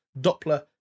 Doppler